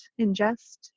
ingest